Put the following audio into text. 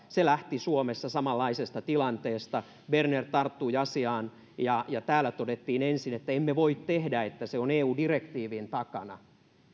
se lähti suomessa samanlaisesta tilanteesta berner tarttui asiaan ja ja täällä todettiin ensin että emme voi tehdä sitä se on eu direktiivien takana